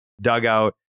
dugout